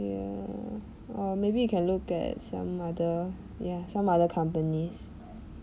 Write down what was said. ya or maybe you can look at some other ya some other companies